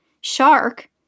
shark